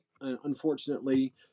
unfortunately